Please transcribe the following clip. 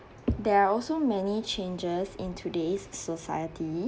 there are also many changes in today's society